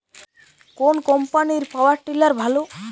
কোন কম্পানির power tiller ভালো?